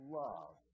love